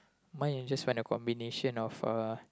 mine is just find a combination of uh